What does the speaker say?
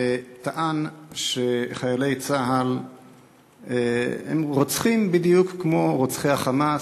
שטען שחיילי צה"ל רוצחים בדיוק כמו רוצחי ה"חמאס",